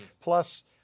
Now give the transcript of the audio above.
Plus